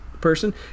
person